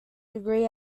degree